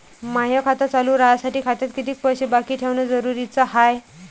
माय खातं चालू राहासाठी खात्यात कितीक पैसे बाकी ठेवणं जरुरीच हाय?